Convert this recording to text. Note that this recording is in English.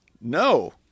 No